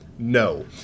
No